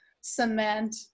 cement